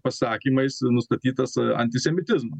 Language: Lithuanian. pasakymais nustatytas antisemitizmas